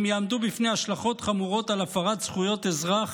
הם יעמדו בפני השלכות חמורות על הפרת זכויות אזרח